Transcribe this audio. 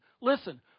Listen